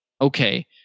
okay